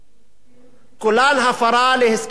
כולן הפרה של הסכמי העבודה במשק.